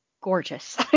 gorgeous